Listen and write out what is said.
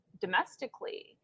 domestically